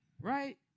Right